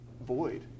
void